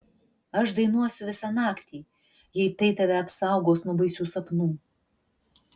aš dainuosiu visą naktį jei tai tave apsaugos nuo baisių sapnų